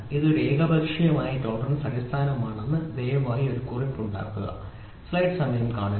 ഇത് ഒരു ഏകപക്ഷീയമായ ടോളറൻസ് അടിസ്ഥാനമാണെന്ന് ദയവായി ഒരു കുറിപ്പ് ഉണ്ടാക്കുക